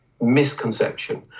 misconception